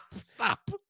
stop